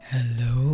Hello